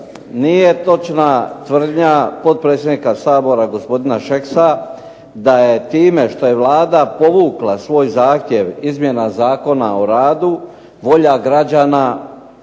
Nije točna tvrdnja potpredsjednika Sabora, gospodina Šeksa, da je time što je Vlada povukla svoj zahtjev izmjena Zakona o radu volja građana